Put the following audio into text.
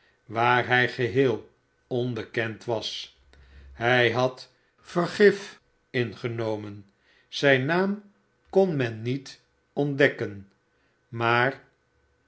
waar hij geheel onbekend was hij had vergift ingenomen zijn naam kon men niet t barnaby rudge ontdekken maar